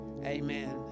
amen